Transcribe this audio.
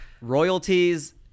royalties